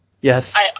Yes